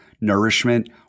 nourishment